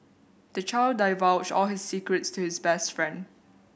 the child divulged all his secrets to his best friend